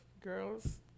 girls